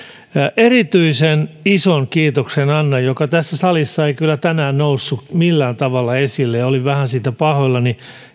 se mistä erityisen ison kiitoksen annan joka tässä salissa ei kyllä tänään noussut millään tavalla esille mistä olin vähän pahoillani